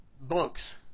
books